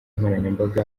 nkoranyambaga